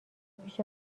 پیش